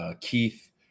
Keith